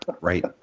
Right